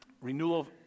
renewal